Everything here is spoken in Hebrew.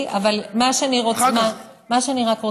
אולי אני אעשה לכם את העבודה.